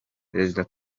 perezida